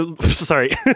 sorry